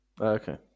Okay